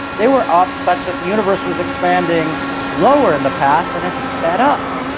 they were up such that the universe was expanding slower in the past and it sped up.